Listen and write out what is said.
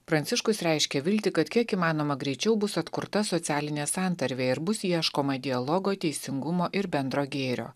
pranciškus reiškė viltį kad kiek įmanoma greičiau bus atkurta socialinė santarvė ir bus ieškoma dialogo teisingumo ir bendro gėrio